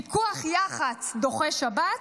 פיקוח יח"צ דוחה שבת,